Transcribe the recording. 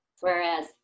Whereas